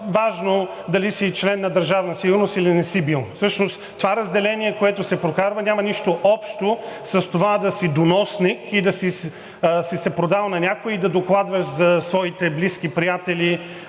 важно дали си член на Държавна сигурност, или не си бил. Всъщност това разделение, което се прокарва, няма нищо общо с това да си доносник, да си се продал на някого и да докладваш за своите близки, приятели